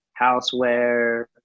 houseware